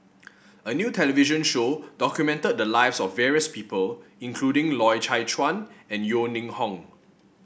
a new television show documented the lives of various people including Loy Chye Chuan and Yeo Ning Hong